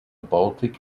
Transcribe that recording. baltic